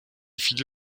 viele